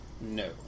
No